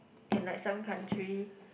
in like seven country